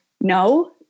no